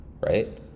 right